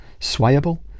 swayable